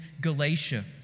Galatia